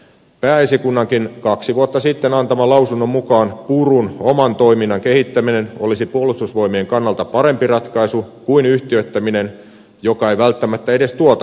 pääesikunnankin kaksi vuotta sitten antaman lausunnon mukaan purun oman toiminnan kehittäminen olisi puolustusvoimien kannalta parempi ratkaisu kuin yhtiöittäminen joka ei välttämättä edes tuota todellisia säästöjä